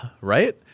right